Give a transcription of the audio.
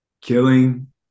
killing